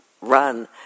run